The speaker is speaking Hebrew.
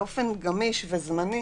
באופן גמיש וזמני,